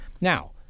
Now